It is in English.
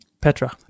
Petra